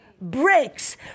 breaks